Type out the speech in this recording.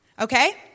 Okay